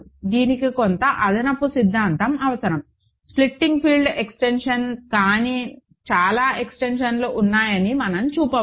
దీనికి కొంత అదనపు సిద్ధాంతం అవసరం స్ప్లిటింగ్ ఫీల్డ్ ఎక్స్టెన్షన్ కాని చాలా ఎక్స్టెన్షన్లు ఉన్నాయని మనం చూపవచ్చు